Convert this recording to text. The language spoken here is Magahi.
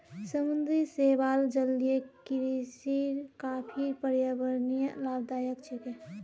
समुद्री शैवाल जलीय कृषिर काफी पर्यावरणीय लाभदायक छिके